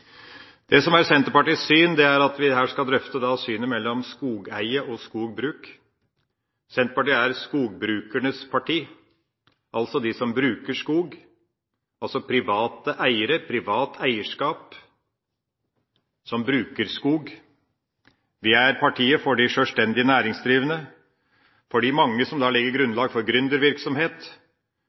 Det som er Senterpartiets syn, er at vi her skal drøfte synet på skogeie og skogbruk. Senterpartiet er skogbrukernes parti, altså de som bruker skog, private eiere – privat eierskap – som bruker skog. Vi er partiet for de sjølstendige næringsdrivende, for de mange som legger grunnlag for